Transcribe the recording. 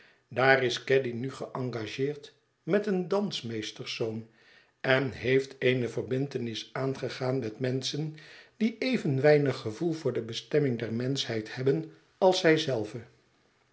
daar r is caddy nu geëngageerd met een dansmeesterszoon en heeft eene verbintenis aangegaan met menschen die even weinig gevoel voor de bestemming der menschheid hebben als zij zelve